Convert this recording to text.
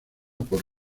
por